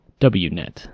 WNET